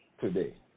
today